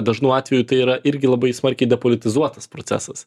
dažnu atveju tai yra irgi labai smarkiai depolitizuotas procesas